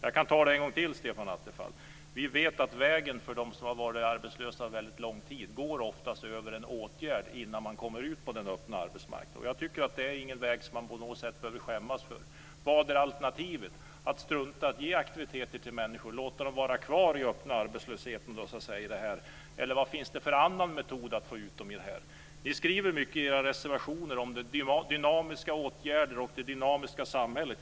Jag kan ta det en gång till Stefan Attefall: Vi vet att vägen för dem som har varit arbetslösa under väldigt lång tid oftast går över en åtgärd innan de kommer ut på den öppna arbetsmarknaden. Jag tycker inte att det är någon väg som man på något sätt behöver skämmas över. Vad är alternativet? Är det att strunta i att ge aktiviteter till människor och låta dem vara kvar i den öppna arbetslösheten? Eller vad finns det för annan metod för att man ska få ut dem? Ni skriver mycket i era reservationer om dynamiska åtgärder och det dynamiska samhället.